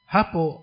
Hapo